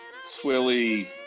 swilly